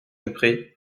dupré